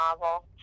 novel